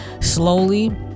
Slowly